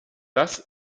das